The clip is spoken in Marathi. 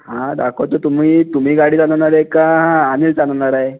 हां दाखवतो तुम्ही तुम्ही गाडी चालवणार आहे का अनिल चालवणार आहे